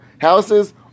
houses